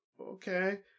okay